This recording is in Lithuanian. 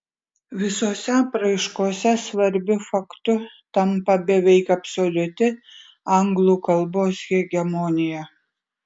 visose apraiškose svarbiu faktu tampa beveik absoliuti anglų kalbos hegemonija